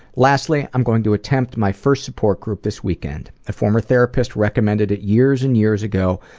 lastly, i'm going to attempt my first support group this weekend. a former therapist recommended it years and years ago,